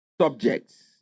subjects